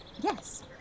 yes